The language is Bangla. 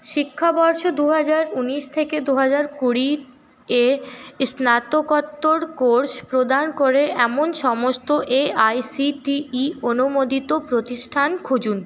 শিক্ষাবর্ষ দু হাজার উনিশ থেকে দু হাজার কুড়ির স্নাতকোত্তর কোর্স প্রদান করে এমন সমস্ত এআইসিটিই অনুমোদিত প্রতিষ্ঠান খুঁজুন